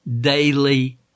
daily